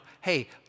hey